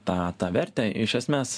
tą tą vertę iš esmės